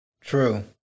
true